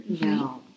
no